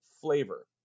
flavor